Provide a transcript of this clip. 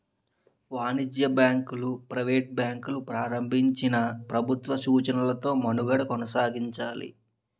వాణిజ్య బ్యాంకులు ప్రైవేట్ వ్యక్తులు ప్రారంభించినా ప్రభుత్వ సూచనలతో మనుగడ కొనసాగించాలి